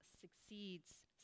succeeds